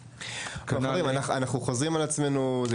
טוב, חברים, אנחנו חוזרים על עצמנו.